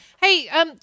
hey